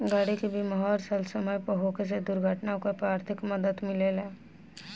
गाड़ी के बीमा हर साल समय पर होखे से दुर्घटना होखे पर आर्थिक मदद मिलेला